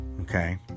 Okay